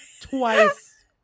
Twice